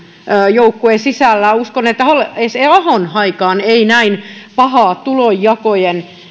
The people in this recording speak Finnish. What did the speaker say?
joukkueen sisällä uskon että edes ahon aikaan ei näin pahaa tulonjakojen